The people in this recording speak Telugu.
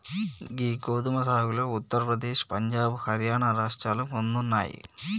గీ గోదుమ సాగులో ఉత్తర ప్రదేశ్, పంజాబ్, హర్యానా రాష్ట్రాలు ముందున్నాయి